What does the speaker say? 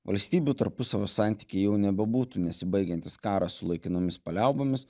valstybių tarpusavio santykiai jau nebebūtų nesibaigiantis karas su laikinomis paliaubomis